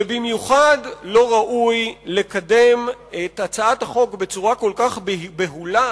ובמיוחד לא ראוי לקדם את הצעת החוק בצורה כל כך בהולה